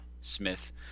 Smith